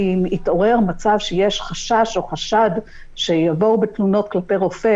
אם יתעורר מצב שיש חשש או חשד שיבואו בתלונות כלפי רופא,